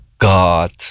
God